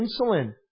insulin